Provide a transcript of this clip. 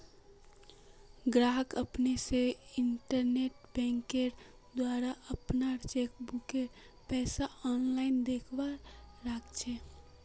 गाहक अपने स इंटरनेट बैंकिंगेंर द्वारा अपनार चेकबुकेर पैसा आनलाईन दखवा सखछे